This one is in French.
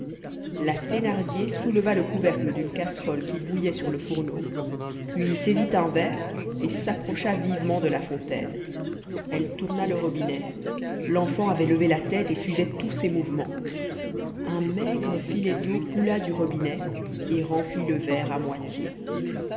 la thénardier souleva le couvercle d'une casserole qui bouillait sur le fourneau puis saisit un verre et s'approcha vivement de la fontaine elle tourna le robinet l'enfant avait levé la tête et suivait tous ses mouvements un maigre filet d'eau coula du robinet et remplit le verre à moitié